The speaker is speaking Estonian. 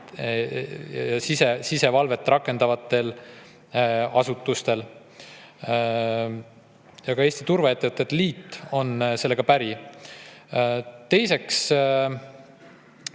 sisevalvet rakendavatelt asutustelt. Ka Eesti Turvaettevõtete Liit on sellega päri. Teiseks